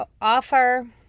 offer